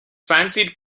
fancied